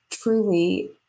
Truly